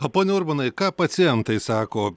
o pone urbonai ką pacientai sako